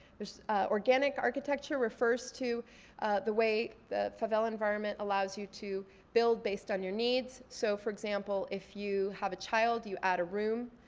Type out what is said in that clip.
organic architecture refers to the way the favela environment allows you to build based on your needs. so for example, if you have a child, you add a room.